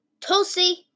Tulsi